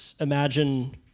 imagine